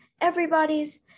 everybody's